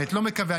אני לא מקווה,